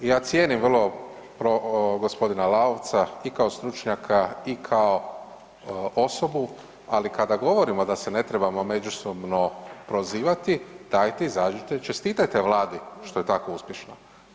Ja cijenim vrlo g. Lalovca i kao stručnjaka i kao osobu, ali kada govorimo da se ne trebamo međusobno prozivati, dajte izađite i čestitajte Vladi što je tako uspješna.